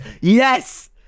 Yes